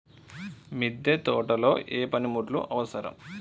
మిద్దె తోటలో ఏ పనిముట్లు అవసరం?